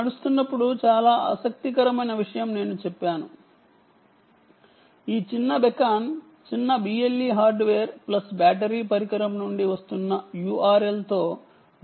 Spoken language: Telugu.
నేను చాలా ఆసక్తికరమైన విషయం చెప్పాను మీరు నడుస్తున్నప్పుడు ఈ చిన్న బీకాన్ చిన్న BLE హార్డ్వేర్ ప్లస్ బ్యాటరీ పరికరం నుండి వస్తున్న URL తో వెబ్సైట్ తెరుచుకుంటుంది